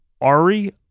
Ari